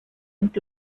und